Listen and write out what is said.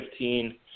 2015